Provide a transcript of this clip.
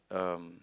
um